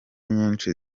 nyinshi